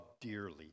dearly